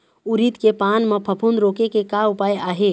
उरीद के पान म फफूंद रोके के का उपाय आहे?